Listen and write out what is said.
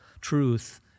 truth